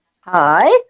Hi